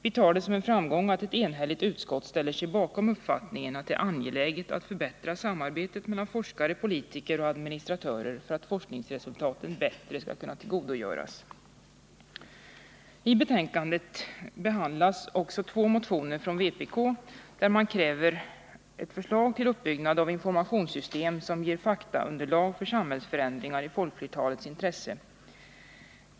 Vi tar det som en framgång att ett enhälligt utskott ställer sig bakom uppfattningen att det är angeläget att förbättra samarbetet mellan forskare, politiker och administratörer för att forskningsresultaten bättre skall kunna tillvaratas. I betänkandet behandlas också två motioner från vpk. Där krävs ett förslag till uppbyggnad av informationssystem som ger faktaunderlag för samhällsförändringar i folkflertalets intresse.